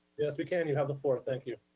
yes, we can, you have the floor. thank you.